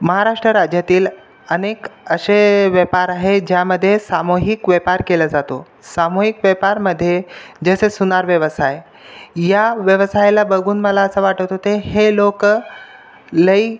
महाराष्ट्र राज्यातील अनेक असे व्यापार आहेत ज्यामध्ये सामूहिक व्यापार केला जातो सामूहिक व्यापारामध्ये जसे सोनार व्यवसाय ह्या व्यवसायाला बघून मला असं वाटत होते हे लोक लई